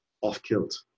off-kilt